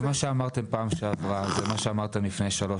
זה מה שאמרתם בפעם שעברה; זה מה שאמרתם לפני שלוש